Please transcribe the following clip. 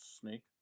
snake